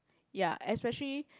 ya especially